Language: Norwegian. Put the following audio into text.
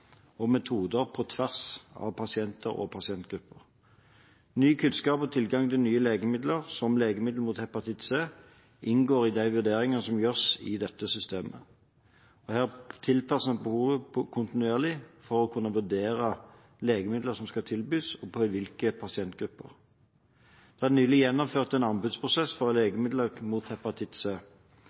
og metoder på tvers av pasienter og pasientgrupper. Ny kunnskap og tilgang til nye legemidler, som legemidler mot hepatitt C, inngår i de vurderingene som gjøres i dette systemet. Her tilpasser en behovet kontinuerlig for å kunne vurdere legemidler som skal tilbys, og til hvilke pasientgrupper. Det er nylig gjennomført en anbudsprosess for legemidler mot